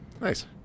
Nice